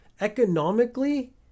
economically